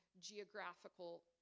geographical